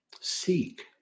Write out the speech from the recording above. seek